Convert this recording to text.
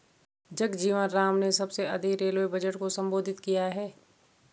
जगजीवन राम ने सबसे अधिक रेलवे बजट को संबोधित किया है